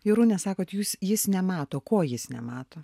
jorūne sakot jūs jis nemato ko jis nemato